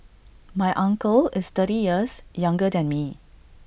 my uncle is thirty years younger than me